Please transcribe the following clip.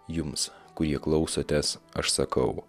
jums kurie klausotės aš sakau